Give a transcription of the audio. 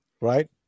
right